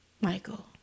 Michael